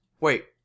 Wait